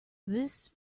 this